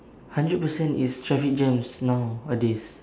hundred percent is traffic jams nowadays